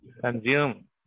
consume